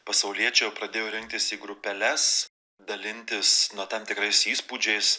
pasauliečiai jau pradėjo rinktis į grupeles dalintis nu tam tikrais įspūdžiais